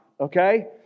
okay